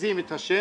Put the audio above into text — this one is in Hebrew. מזיזים את השם,